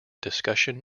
discussion